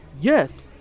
Yes